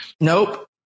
Nope